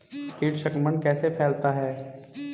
कीट संक्रमण कैसे फैलता है?